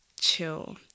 chill